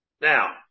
Now